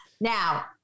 Now